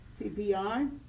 CPR